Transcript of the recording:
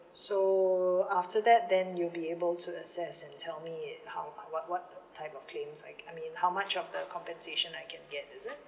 so after that then you'll be able to access and tell me it how what what type of claim I can I mean how much of the compensation I can get is it